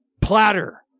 platter